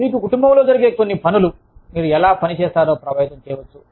మీ కుటుంబంలో జరిగే కొన్ని పనులు మీరు ఎలా పని చేస్తారో ప్రభావితం చేయవచ్చు